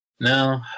no